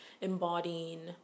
embodying